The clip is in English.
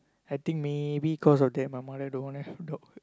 I think maybe cause of that my mother don't want a dog